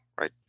right